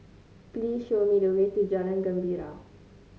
please show me the way to Jalan Gembira